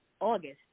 August